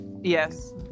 Yes